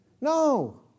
No